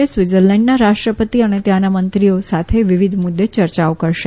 ક્ષ્વિત્ઝરલેન્ડના રાષ્ટ્રપતિ અને ત્યાંના મંત્રીઓ સાથે વિવિધ મુદ્દે યર્યાઓ કરશે